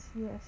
Yes